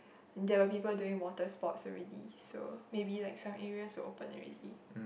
there were people doing water sports already so maybe like some areas were open already